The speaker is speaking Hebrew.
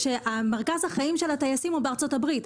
שמרכז החיים של הטייסים הוא בארצות הברית.